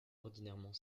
ordinairement